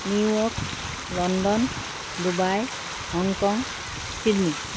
New York London Dubai Hong Kong Sydney